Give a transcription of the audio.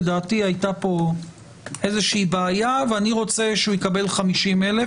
אבל לדעתי הייתה פה איזושהי בעיה ואני רוצה שהוא יקבל 50,000,